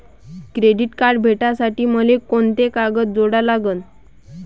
Credit card भेटासाठी मले कोंते कागद जोडा लागन?